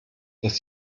dass